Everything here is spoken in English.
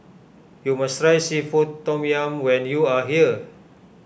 you must try Seafood Tom Yum when you are here